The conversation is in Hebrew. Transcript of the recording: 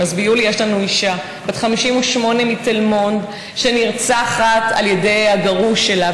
ביולי יש לנו אישה בת 58 מתל מונד שנרצחת על ידי הגרוש שלה,